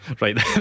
Right